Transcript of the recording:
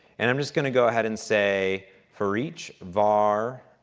and i'm just going to go ahead and say, for each var,